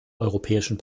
europäischen